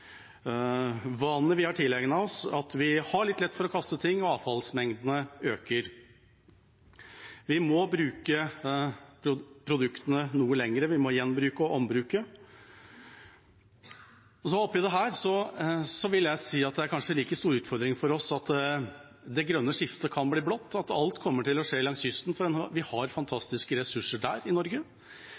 vi har tilegnet oss, at vi har litt lett for å kaste ting, og at avfallsmengdene øker. Vi må bruke produktene noe lenger, vi må gjenbruke og ombruke. Jeg vil også si at det kanskje er en like stor utfordring for oss at det grønne skiftet kan bli blått, at alt kommer til å skje langs kysten, for der har vi fantastiske ressurser i Norge.